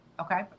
Okay